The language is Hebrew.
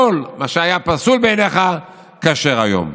כשכל מה שהיה פסול בעיניך כשר היום?